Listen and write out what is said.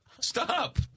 Stop